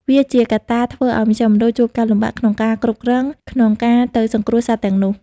វាជាកត្តាធ្វើឱ្យមជ្ឈមណ្ឌលជួបការលំបាកក្នុងការគ្រប់គ្រង ក្នុងការទៅសង្គ្រោះសត្វទាំងនោះ។